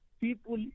people